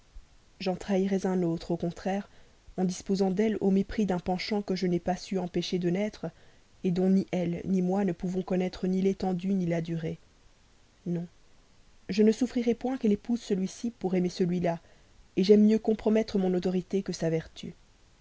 j'en trahirais un au contraire en disposant d'elle au mépris d'un penchant que je n'ai pas su empêcher de naître dont elle ni moi ne pouvons connaître ni la durée ni l'étendue non je ne souffrirai point qu'elle épouse celui-ci pour aimer celui-là j'aime mieux compromettre mon autorité que sa vertu